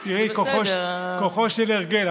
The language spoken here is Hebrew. תראי, כוחו של הרגל.